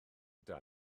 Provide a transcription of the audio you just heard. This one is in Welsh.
dal